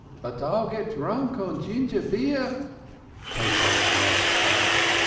but i'll get drunk on ginger-beer, pesach laughed back.